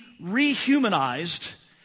rehumanized